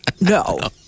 No